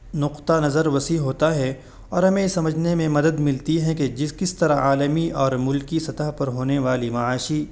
نقطہ نظر وسیع ہوتا ہے اور ہمیں یہ سمجھنے میں مدد ملتی ہے کہ جس کس طرح عالمی اور ملکی سطح پر ہونے والی معاشی